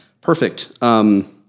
Perfect